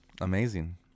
Amazing